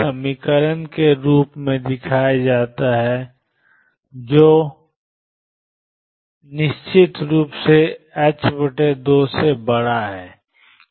ai2 a224 के अलावा और कुछ नहीं है जो निश्चित रूप से 2 से बड़ा है